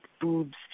boobs